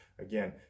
Again